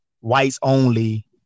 whites-only